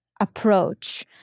approach